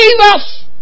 Jesus